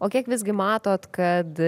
o kiek visgi matot kad